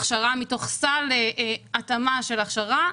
הכשרה מתוך סל התאמה של הכשרה,